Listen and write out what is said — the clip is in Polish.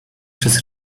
przez